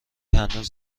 هنوز